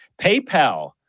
PayPal